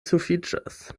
sufiĉas